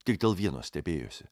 tik dėl vieno stebėjosi